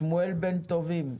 שמואל בן טובים,